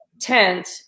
tent